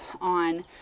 on